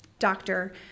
doctor